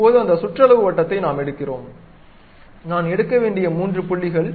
இப்போது அந்த சுற்றளவு வட்டத்தை நாம் எடுக்கிறோம் நான் எடுக்க வேண்டிய மூன்று புள்ளிகள்